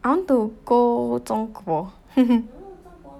I want to go 中国